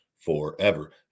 forever